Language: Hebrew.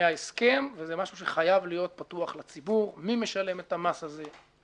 מההסכם וזה משהו שחייב להיות פתוח לציבור מי משלם את המס הזה,